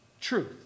truth